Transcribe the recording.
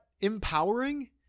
empowering